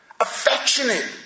affectionate